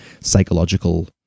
psychological